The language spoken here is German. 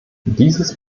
dieses